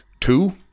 two